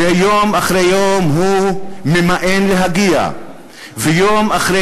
ויום אחרי יום הוא ממאן להגיע ויום אחרי